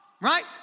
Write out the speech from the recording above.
Right